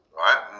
right